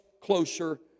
closer